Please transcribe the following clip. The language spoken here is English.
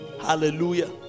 Hallelujah